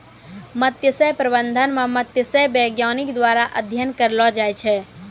मत्स्य प्रबंधन मे मत्स्य बैज्ञानिक द्वारा अध्ययन करलो जाय छै